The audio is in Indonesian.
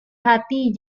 hati